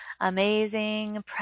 amazing